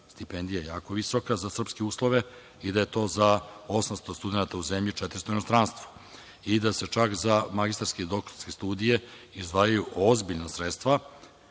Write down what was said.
stipendija je jako visoko za srpske uslove i da je to za 800 studenata u zemlji, a 400 u inostranstvu i da se čak za magistarske i doktorske studije izdvajaju ozbiljna sredstva